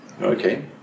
Okay